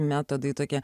metodai tokie